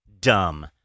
dumb